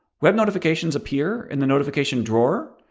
web notifications appear in the notification drawer.